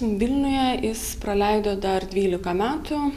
vilniuje jis praleido dar dvylika metų